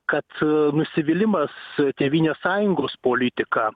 kad nusivylimas tėvynės sąjungos politika